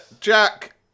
Jack